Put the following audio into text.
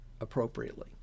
appropriately